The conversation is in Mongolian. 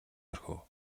орхив